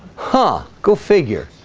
huh go figure